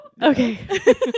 okay